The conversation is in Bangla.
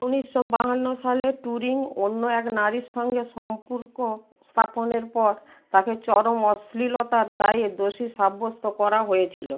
উনিশশো বাহান্ন সালে টুরিং অন্য এক নারীর সঙ্গে সম্পর্ক স্থাপনের পর তাকে চরম অশ্লীলতার দায়ে দোষী সাব্যস্ত করা হয়েছিল